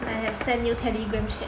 I have sent you Telegram chat